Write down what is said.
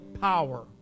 power